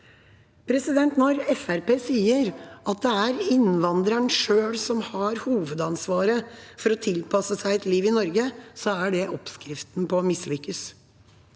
Fremskrittspartiet sier at det er innvandreren selv som har hovedansvaret for å tilpasse seg et liv i Norge, så er det oppskriften på å mislykkes.